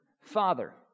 Father